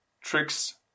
tricks